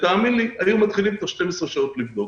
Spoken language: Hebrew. תאמין לי, היו מתחילים תוך 12 שעות לבדוק.